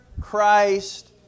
Christ